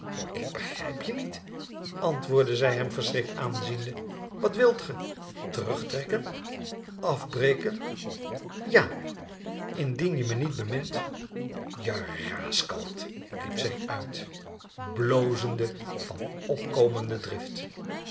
ik begrijp je niet antwoordde zij hem verschrikt aanziende wat wilt ge terugtrekken afbreken ja indien je me niet bemint je raaskalt riep zij uit blozende van opkomende drift